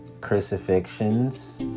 crucifixions